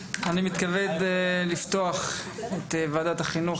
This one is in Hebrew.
אני מתכבד לפתוח את ועדת החינוך,